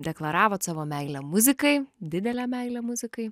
deklaravot savo meilę muzikai didelę meilę muzikai